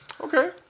Okay